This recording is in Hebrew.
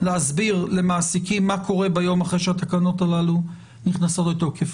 להסביר למעסיקים מה קורה ביום אחרי שהתקנות הללו נכנסות לתוקף.